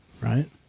Right